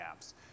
apps